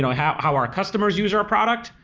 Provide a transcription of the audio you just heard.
how how our customers use our product,